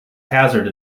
hazard